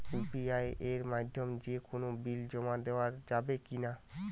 UPI এর মাধ্যমে যে কোনো বিল জমা দেওয়া যাবে কি না?